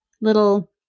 little